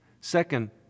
Second